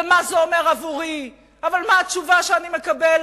ומה זה אומר עבורי, אבל מה התשובה שאני מקבלת?